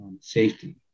safety